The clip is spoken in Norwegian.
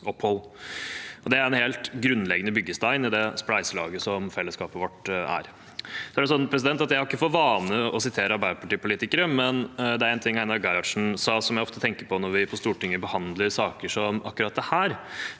Det er en helt grunnleggende byggestein i det spleiselaget som fellesskapet vårt er. Jeg har ikke for vane å sitere arbeiderpartipolitikere, men det er en ting Einar Gerhardsen sa, som jeg ofte tenker på når vi på Stortinget behandler saker som akkurat dette.